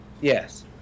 Yes